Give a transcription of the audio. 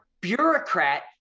bureaucrat